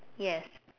yes